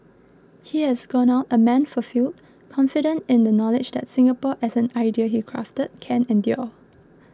he has gone out a man fulfilled confident in the knowledge that Singapore as an idea he crafted can endure